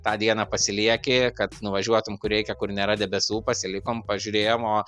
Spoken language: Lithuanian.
tą dieną pasilieki kad nuvažiuotum kur reikia kur nėra debesų pasilikom pažiūrėjimom o